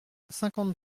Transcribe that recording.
cinquante